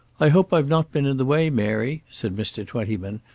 i hope i've not been in the way, mary, said mr. twentyman,